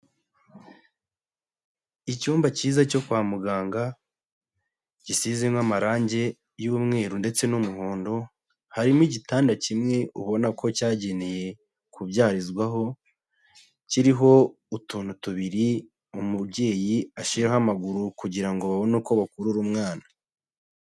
Icyumba cyiza cyo kwa muganga, gisizemo amarange y'umweru ndetse n'umuhondo, harimo igitanda kimwe ubona ko cyageneye kubyarizwaho, kiriho utuntu tubiri, umubyeyi ashyiraho amaguru, kugira ngo babone uko bakurura umwana.